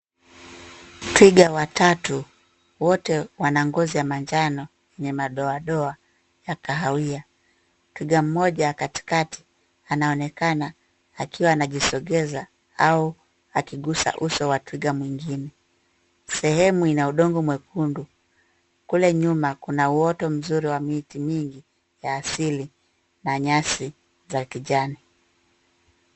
Twiga watatu wote wana ngozi ya manjano yenye madoadoa ya kahawia. Twiga mmoja wa katikati anaonekana akiwa anajisogeza au akiguza uso wa twiga mwingine. Sehemu ina udongo nyekundu kule nyuma kuna uoto mzuri wa miti mingi ya asili na nyasi za kijani.